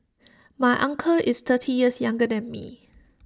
my uncle is thirty years younger than me